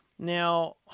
Now